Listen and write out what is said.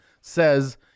says